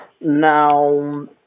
Now